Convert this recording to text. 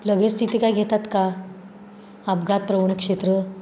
लगेच तिथे काय घेतात का अपघात प्रवण क्षेत्र